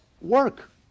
Work